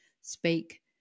speak